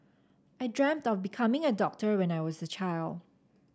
I dreamt of becoming a doctor when I was a child